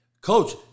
Coach